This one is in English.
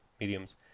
mediums